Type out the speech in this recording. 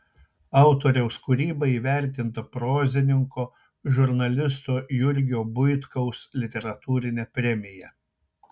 autoriaus kūryba įvertinta prozininko žurnalisto jurgio buitkaus literatūrine premija